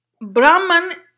Brahman